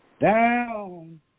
Down